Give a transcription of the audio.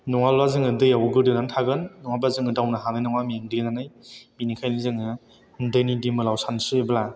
नङाब्ला जोङो दैयाव गोदोनानै थागोन नङाबा जोङो दावनो हानाय नङा मेंग्लिनानै बेनिखायनो जोङो दैनि दिमोलाव सानस्रियोब्ला